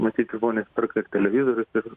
matyt žmonės perka ir televizorius ir